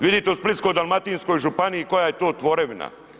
Vidite u Splitsko-dalmatinskoj županiji koja je to tvorevina.